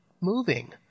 moving